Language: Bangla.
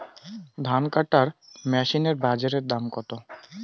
ধান কাটার মেশিন এর বাজারে দাম কতো?